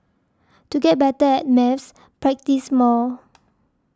to get better at maths practise more